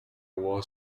wall